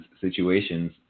situations